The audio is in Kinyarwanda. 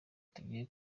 tugiye